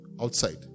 outside